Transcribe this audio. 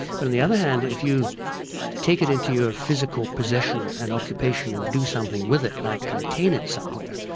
but on the other hand, if you take it into your physical possession and occupation and do something with it, like contain it somewhere,